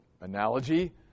analogy